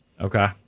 Okay